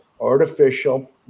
artificial